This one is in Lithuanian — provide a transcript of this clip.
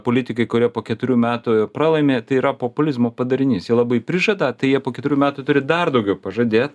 politikai kurie po keturių metų pralaimi tai yra populizmo padarinys jie labai prižada tai jie po keturių metų turi dar daugiau pažadėt